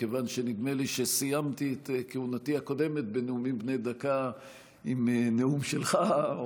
מכיוון שסיימתי את כהונתי הקודמת בנאומים בני דקה עם נאום שלך,